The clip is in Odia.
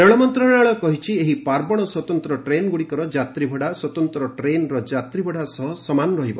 ରେଳ ମନ୍ତ୍ରଶାଳୟ କହିଛି ଏହି ପାର୍ବଣ ସ୍ୱତନ୍ତ୍ର ଟ୍ରେନ୍ଗୁଡିକର ଯାତ୍ରୀଭଡା ସ୍ୱତନ୍ତ୍ର ଟ୍ରେନ୍ର ଯାତ୍ରୀଭଡା ସହ ସମକକ୍ଷ ରହିବ